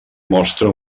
mostra